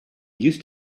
used